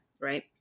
right